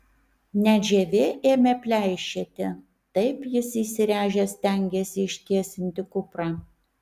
net žievė ėmė pleišėti taip jis įsiręžęs stengėsi ištiesinti kuprą